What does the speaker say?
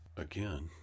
again